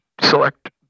select